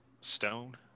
stone